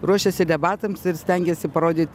ruošiasi debatams ir stengiasi parodyt